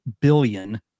billion